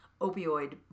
opioid